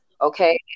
Okay